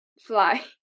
fly